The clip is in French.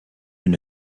une